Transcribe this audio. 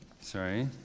sorry